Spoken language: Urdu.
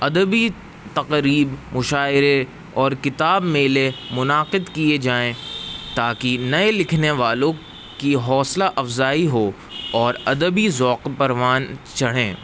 ادبی تقریب مشاعرے اور کتاب میلے منعقد کیے جائیں تاکہ نئے لکھنے والوں کی حوصلہ افزائی ہو اور ادبی ذوق پروان چڑھیں